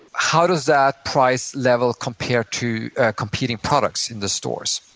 how does that price level compare to competing products in the stores?